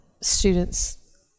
students